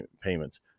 payments